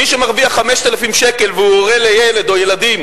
מי שמרוויח 5,000 שקל והוא הורה לילד או ילדים